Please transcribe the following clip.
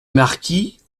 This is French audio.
marquis